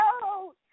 No